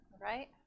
right